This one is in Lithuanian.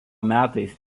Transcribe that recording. metais